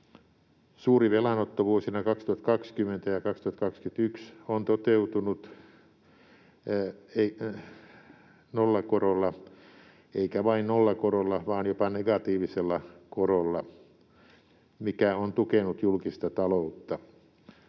Suuri velanotto vuosina 2020 ja 2021 on toteutunut nollakorolla, eikä vain nollakorolla vaan jopa negatiivisella korolla, mikä on tukenut julkista taloutta.